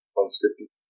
unscripted